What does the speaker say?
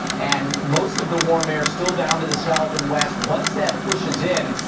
and most of the warm air still down to the south and west. once that pushes in,